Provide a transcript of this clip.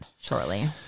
shortly